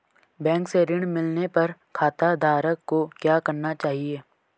Bank से ऋण मिलने पर खाताधारक को क्या करना चाहिए?